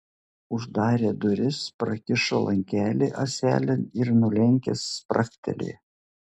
uždarė duris prakišo lankelį ąselėn ir nulenkęs spragtelėjo